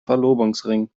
verlobungsring